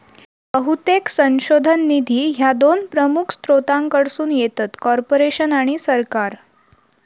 बहुतेक संशोधन निधी ह्या दोन प्रमुख स्त्रोतांकडसून येतत, कॉर्पोरेशन आणि सरकार